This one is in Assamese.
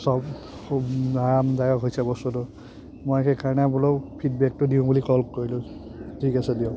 চব খুব আৰামদায়ক হৈছে বস্তুটো মই সেইকাৰণে বোলো ফিডবেকটো দিওঁ বুলি কল কৰিলোঁ ঠিক আছে দিয়ক